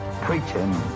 preaching